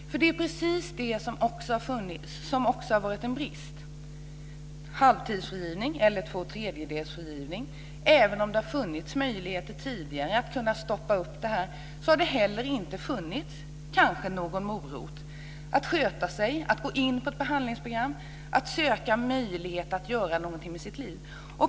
Det är ju precis det här som har varit en brist. Det handlar alltså om halvtidsfrigivning eller tvåtredjedelsfrigivning. Även om det tidigare funnits möjligheter att så att säga stoppa upp här har det kanske inte funnits någon "morot" för att sköta sig, gå in på ett behandlingsprogram och söka en möjlighet att göra något med sitt liv.